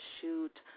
shoot